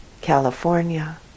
California